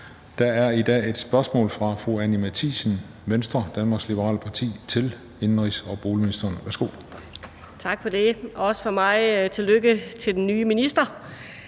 der er i dag et spørgsmål fra fru Anni Matthiesen, Venstre, Danmark Liberale Parti, til indenrigs- og boligministeren. Kl. 14:16 Spm. nr. S 799 11) Til indenrigs- og boligministeren